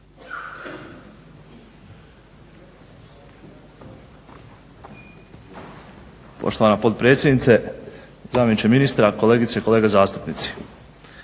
Poštovana potpredsjednice, zamjeniče ministra, kolegice i kolege zastupnici.